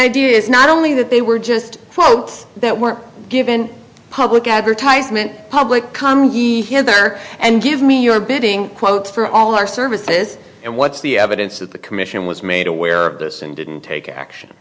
idea is not only that they were just folks that were given public advertisement public condi hither and give me your bidding quote for all our services and what's the evidence that the commission was made aware of this and didn't take action